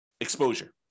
exposure